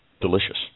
delicious